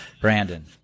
Brandon